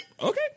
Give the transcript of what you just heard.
Okay